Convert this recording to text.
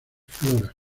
flora